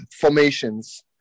formations